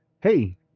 hey